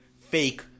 fake